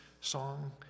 song